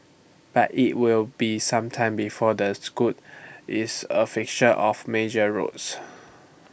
but IT will be some time before the Scot is A fixture of major roads